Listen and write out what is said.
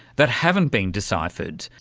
that haven't been deciphered.